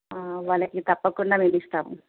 వాళ్ళకి తప్పకుండా మేమిస్తాము